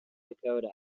dakota